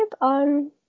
on